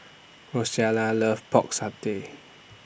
Rosella loves Pork Satay